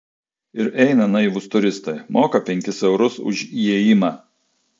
ir eina naivūs turistai moka penkis eurus už įėjimą